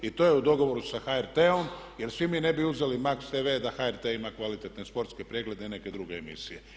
I to je u dogovoru sa HRT-om jer svi mi ne bi uzeli MAX TV da HRT ima kvalitetne sportske preglede i neke druge emisije.